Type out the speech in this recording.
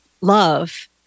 love